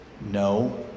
No